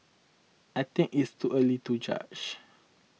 I think it's too early to judge